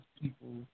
people